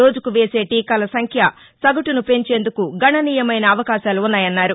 రోజుకు వేసే టీకాల సంఖ్య సగటును పెంచేందుకు గణనీయమైన అవకాశాలు ఉన్నాయన్నారు